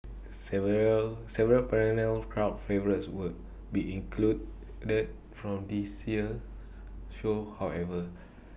several several perennial crowd favourites will be excluded the from this year's show however